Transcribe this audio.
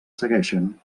segueixen